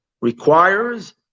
requires